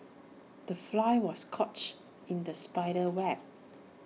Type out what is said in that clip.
the fly was couch in the spider's web